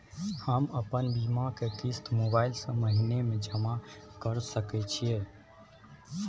हम अपन बीमा के किस्त मोबाईल से महीने में जमा कर सके छिए?